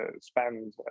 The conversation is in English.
spend